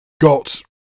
got